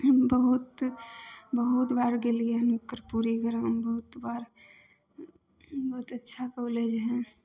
बहुत बहुत बार गेलिहन कर्पूरी ग्राम बहुत बार बहुत अच्छा कॉलेज हइ